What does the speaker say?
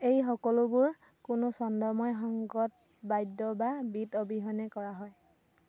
এই সকলোবোৰ কোনো ছন্দময় সংগত বাদ্য বা বীট অবিহনে কৰা হয়